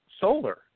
solar